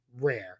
rare